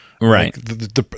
Right